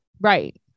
Right